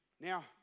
Now